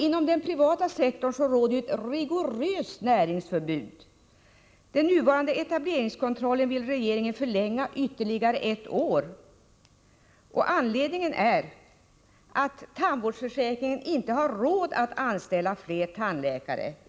Inom den privata sektorn råder ett rigoröst näringsförbud. Den nuvarande etableringskontrollen vill regeringen förlänga ytterligare ett år. Anledningen är, enligt socialministern, att tandvårdsförsäkringen inte har råd att anställa fler tandläkare.